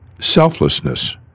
selflessness